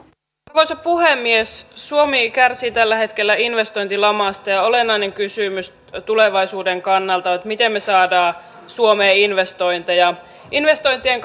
arvoisa puhemies suomi kärsii tällä hetkellä investointilamasta ja olennainen kysymys tulevaisuuden kannalta on miten saamme suomeen investointeja investointien